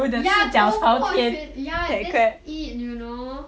ya 头破血流 ya that's it you know